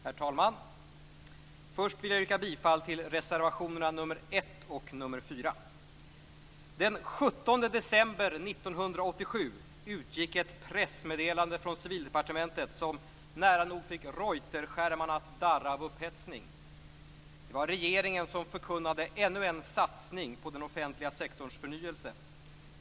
Herr talman! Först vill jag yrka bifall till reservationerna nr 1 och nr 4. Den 17 december 1987 utgick ett pressmeddelande från Civildepartementet som nära nog fick Reuterskärmarna att darra av upphetsning. Det var regeringen som förkunnade ännu en satsning på den offentliga sektorns förnyelse.